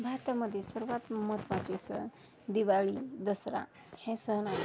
भारतामध्ये सर्वात महत्त्वाचे सण दिवाळी दसरा हे सण आहेत